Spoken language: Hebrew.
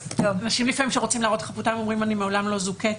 אנשם לפעמים שרוצים להראות את חפותם אומרים אני מעולם לא זוכיתי.